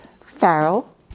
Farrell